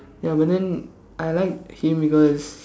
ya but then I like him because